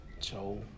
Joe